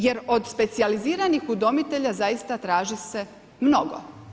Jer od specijaliziranih udomitelja zaista traži se mnogo.